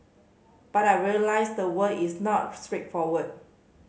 but I realised the world is not straightforward